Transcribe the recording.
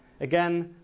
Again